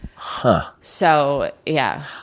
huh. so, yeah.